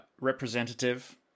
representative